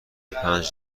پنج